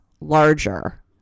larger